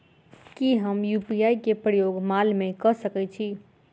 की हम यु.पी.आई केँ प्रयोग माल मै कऽ सकैत छी?